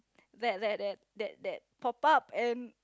that that that that that pop up and